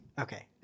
Okay